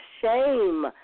shame